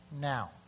now